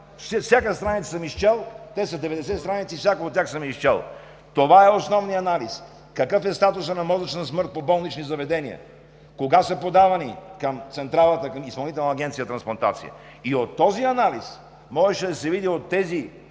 всяка страница съм изчел. Те са 90 страници и всяка от тях съм я изчел. Това е основният анализ – какъв е статусът на мозъчна смърт по болнични заведения; кога са подавани към централата, към Изпълнителна агенция „Трансплантация“. И от този анализ, от тези